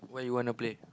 where you wanna play